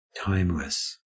Timeless